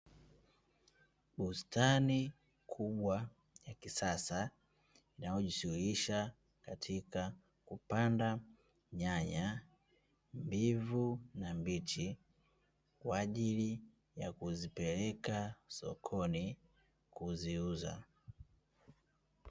Bustani kubwa ya kisasa inayojishughulisha katika kupanda nyanya mbivu na mbichi, kwa ajili ya kuzipeleka sokoni kuziuza.